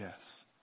yes